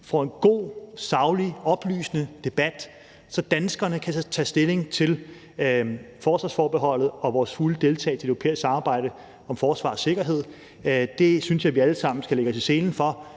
får en god, saglig, oplysende debat, så danskerne kan tage stilling til forsvarsforbeholdet og vores fulde deltagelse i det europæiske samarbejde om forsvar og sikkerhed. Det synes jeg vi alle sammen skal lægge os i selen for,